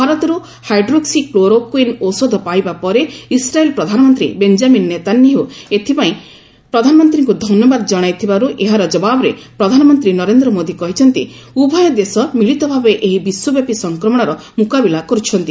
ଭାରତରୁ hydroxychloroquine ଔଷଧ ପାଇବା ପରେ ଇସ୍ରାଏଲ୍ ପ୍ରଧାନମନ୍ତ୍ରୀ ବେଞ୍ଜାମିନ୍ ନେତାନ୍ୟାହୁ ଏଥିପାଇଁ ପ୍ରଧାନମନ୍ତ୍ରୀଙ୍କୁ ଧନ୍ୟବାଦ ଜଣାଇଥିବାରୁ ଏହାର ଜବାବରେ ପ୍ରଧାନମନ୍ତ୍ରୀ ନରେନ୍ଦ୍ର ମୋଦି କହିଛନ୍ତି ଉଭୟ ଦେଶ ମିଳିତ ଭାବେ ଏହି ବିଶ୍ୱବ୍ୟାପି ସଂକ୍ରମଣର ମୁକାବିଲା କରୁଛନ୍ତି